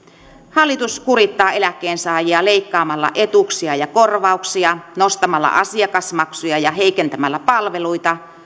hallitus kurittaa eläkkeensaajia leikkaamalla etuuksia ja korvauksia nostamalla asiakasmaksuja ja heikentämällä palveluita